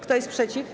Kto jest przeciw?